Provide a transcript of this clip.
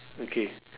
okay